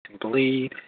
bleed